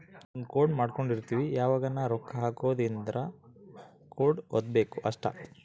ಒಂದ ಕೋಡ್ ಮಾಡ್ಕೊಂಡಿರ್ತಿವಿ ಯಾವಗನ ರೊಕ್ಕ ಹಕೊದ್ ಇದ್ರ ಕೋಡ್ ವತ್ತಬೆಕ್ ಅಷ್ಟ